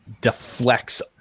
Deflects